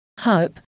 hope